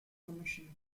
commissioned